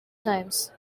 times